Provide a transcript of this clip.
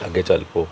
ਅੱਗੇ ਚੱਲ ਪਓ